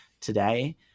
today